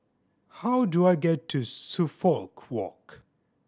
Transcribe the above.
how do I get to Suffolk Walk